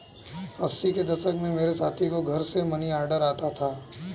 अस्सी के दशक में मेरे साथी को घर से मनीऑर्डर आता था